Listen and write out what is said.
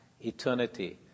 eternity